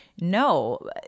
no